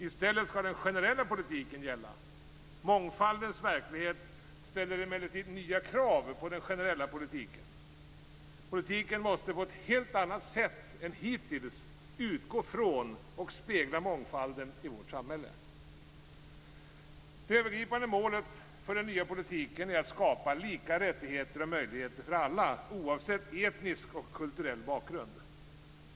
I stället skall den generella politiken gälla. Mångfaldens verklighet ställer emellertid nya krav på den generella politiken. Politiken måste på ett helt annat sätt än hittills utgå från och spegla mångfalden i vårt samhälle. Det övergripande målet för den nya politiken är att skapa lika rättigheter och möjligheter för alla oavsett etnisk och kulturell bakgrund.